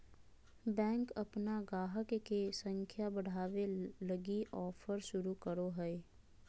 bank अपन गाहक के संख्या बढ़ावे लगी ऑफर शुरू करो हय